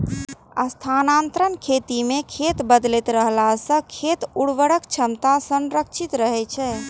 स्थानांतरण खेती मे खेत बदलैत रहला सं खेतक उर्वरक क्षमता संरक्षित रहै छै